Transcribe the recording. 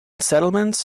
settlements